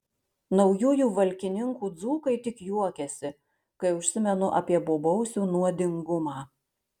naujųjų valkininkų dzūkai tik juokiasi kai užsimenu apie bobausių nuodingumą